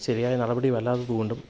ശരിയായ നടപടിയും അല്ലാത്തതുകൊണ്ടും